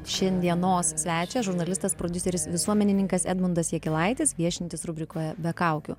šiandienos svečias žurnalistas prodiuseris visuomenininkas edmundas jakilaitis viešintis rubrikoje be kaukių